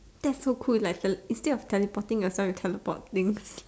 that's so cool like instead of teleporting yourself you teleport things